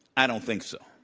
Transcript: i don't think so.